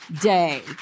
day